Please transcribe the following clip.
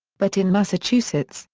but in massachusetts,